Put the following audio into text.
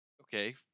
Okay